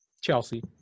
Chelsea